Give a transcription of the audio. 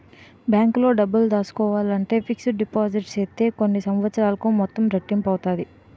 బ్యాంకులో డబ్బులు దాసుకోవాలంటే ఫిక్స్డ్ డిపాజిట్ సేత్తే కొన్ని సంవత్సరాలకి మొత్తం రెట్టింపు అవుతాది